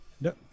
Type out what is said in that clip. no